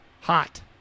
hot